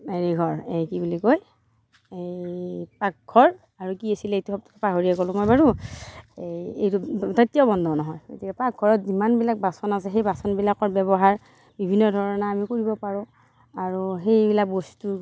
হেৰি ঘৰ এই কি বুলি কয় এই পাকঘৰ আৰু কি আছিলে এইটো শব্দ পাহৰিয়ে গ'লো মই বাৰু এই এইটো বন্ধ নহয় পাকঘৰত যিমান বিলাক বাচন আছে সেই বাচন বিলাকৰ ব্যৱহাৰ বিভিন্ন ধৰণে আমি কৰিব পাৰোঁ আৰু সেইবিলাক বস্তু